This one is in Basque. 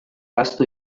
ahaztu